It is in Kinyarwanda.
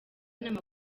bwana